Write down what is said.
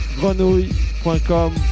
grenouille.com